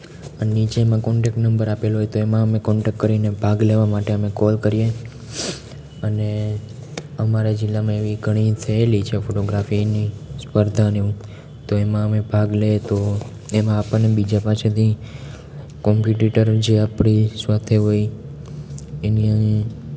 અન નીચે એમાં contact number આપેલો હોય તો એમાં અમે કોન્ટેક કરીને ભાગ લેવા માટે અમે કોલ કરીએ અને અમારા જીલ્લામાં એવી ઘણી થયેલી છે ફોટોગ્રાફીની સ્પર્ધાને એવું તો એમાં અમે ભાગ લઈએ તો એમાં આપાને બીજા પાસેથી કોમ્પિટીટર જે આપણી સાથે હોય એને